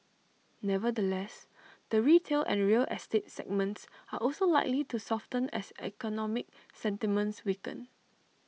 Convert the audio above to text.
nevertheless the retail and real estate segments are also likely to soften as economic sentiments weaken